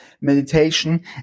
meditation